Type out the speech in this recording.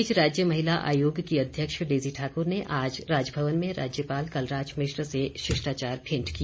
इस बीच राज्य महिला आयोग की अध्यक्षा डेजी ठाकुर ने आज राजभवन में राज्यपाल कलराज मिश्र से शिष्टाचार भेंट की